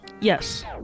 Yes